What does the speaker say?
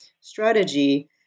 strategy